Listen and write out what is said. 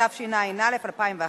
התשע"א 2011,